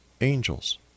angels